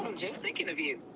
thinking of you.